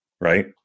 Right